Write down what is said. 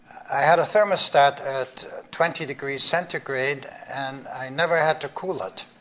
i had a thermostat at twenty degrees centigrade, and i never had to cool it.